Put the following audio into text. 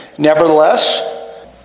Nevertheless